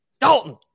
Dalton